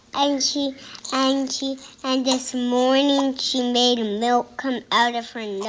and she and she and this morning, she made milk come out of her yeah